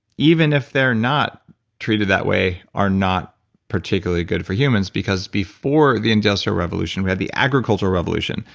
even if they're not treated that way are not particularly good for humans because before the industrial revolution we had the agricultural revolution,